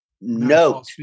no